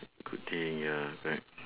good thing ya correct